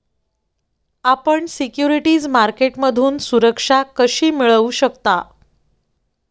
आपण सिक्युरिटीज मार्केटमधून सुरक्षा कशी मिळवू शकता?